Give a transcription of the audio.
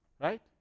Right